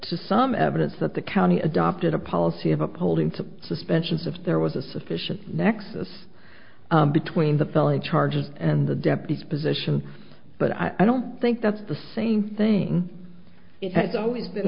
to some evidence that the county adopted a policy of upholding to suspensions if there was a sufficient nexus between the felony charges and the deputies position but i don't think that's the same thing it has always been